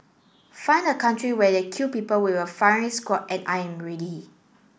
find a country where they kill people with a firing squad and I'm ready